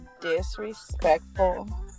Disrespectful